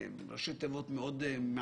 אלו ראשי תיבות מאוד מעניינות,